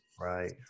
Right